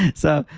so,